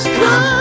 come